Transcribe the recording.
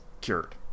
cured